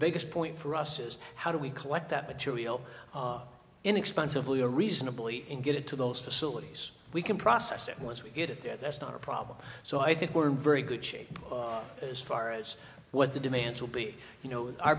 biggest point for us is how do we collect that material inexpensively a reasonably and get it to those facilities we can process it once we get it there that's not a problem so i think we're in very good shape as far as what the demands will be you know our